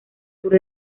sur